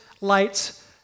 lights